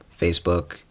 Facebook